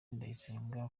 ndayisenga